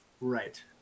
right